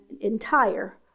entire